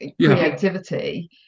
creativity